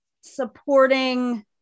supporting